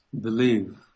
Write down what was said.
believe